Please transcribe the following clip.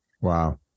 Wow